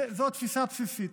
זו התפיסה הבסיסית.